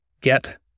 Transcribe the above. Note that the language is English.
get